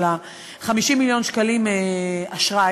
של 50 מיליון שקלים אשראי.